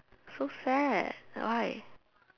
so sad why